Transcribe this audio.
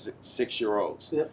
six-year-olds